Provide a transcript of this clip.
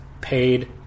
paid